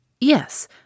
Yes